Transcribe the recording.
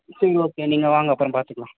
சரி ஓகே நீங்கள் வாங்க அப்புறம் பார்த்துக்கலாம்